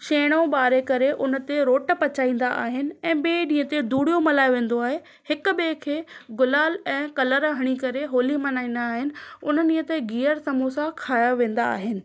छेणो बारे करे हुन ते रोट पचाईंदा आहिनि ऐं ॿिएं ॾींहुं ते दुॾियूं मल्हाए वेंदो आहे हिकु ॿिएं खे गुलाल ऐं कलर हणी करे होलियूं मल्हाईंदा आहिनि हुन ॾींहुं ते गियर समोसा खाया वेंदा आहिनि